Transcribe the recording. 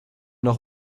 noch